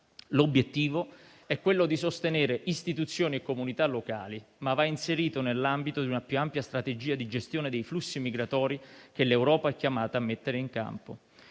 L'obiettivo è quello di sostenere istituzioni e comunità locali, ma va inserito nell'ambito di una più ampia strategia di gestione dei flussi migratori che l'Europa è chiamata a mettere in campo.